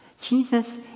Jesus